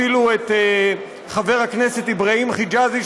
אפילו את חבר הכנסת אבראהים חג'אזי,